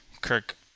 Kirk